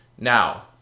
now